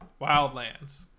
Wildlands